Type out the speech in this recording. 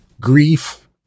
Grief